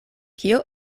kio